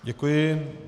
Děkuji.